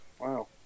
Wow